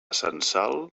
censal